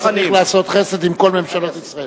צריך לעשות חסד עם כל ממשלות ישראל.